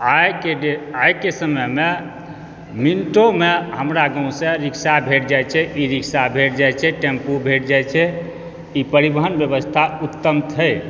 आइ के डेट आइ के समय मे मिनटो मे हमरा गाँव सँ रिक्शा भेट जाइ छै ई रिक्शा भेट जाइ छै टेम्पू भेट जाइ छै ई परिवहन व्यवस्था उत्तम छै